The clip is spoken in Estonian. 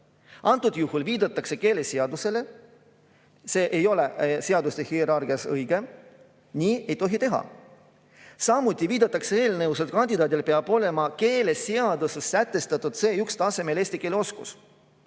Antud juhul viidatakse keeleseadusele. See ei ole seaduste hierarhias õige, nii ei tohi teha. Samuti viidatakse eelnõus, et kandidaadil peab olema keeleseaduses sätestatud C1-tasemel eesti keele oskus.